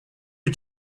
you